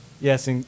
Yes